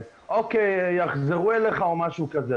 'או.קיי, יחזרו אליך' או משהו כזה.